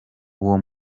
uwo